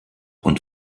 und